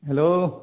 hello